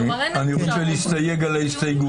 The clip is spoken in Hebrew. אני רוצה להסתייג על ההסתייגות.